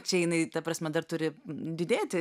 čia jinai ta prasme dar turi didėti